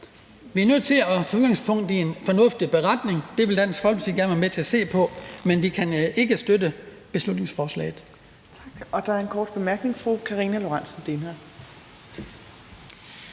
Vi er nødt til at tage udgangspunkt i en fornuftig beretning. Det vil Dansk Folkeparti gerne være med til at se på, men vi kan ikke støtte beslutningsforslaget.